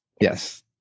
Yes